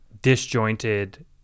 Disjointed